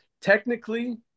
Technically